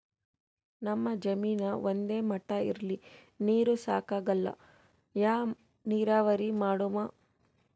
ನಮ್ ಜಮೀನ ಒಂದೇ ಮಟಾ ಇಲ್ರಿ, ನೀರೂ ಸಾಕಾಗಲ್ಲ, ಯಾ ನೀರಾವರಿ ಮಾಡಮು?